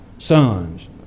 sons